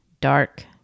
dark